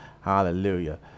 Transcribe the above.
Hallelujah